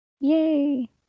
Yay